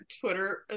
Twitter